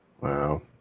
Wow